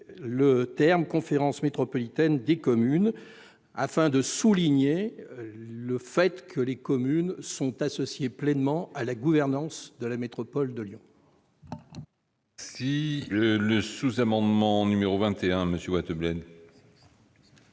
« conférence métropolitaine des communes », afin de souligner le fait que les communes sont associées pleinement à la gouvernance de la métropole de Lyon.